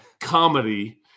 comedy